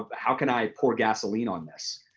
ah how can i pour gasoline on this?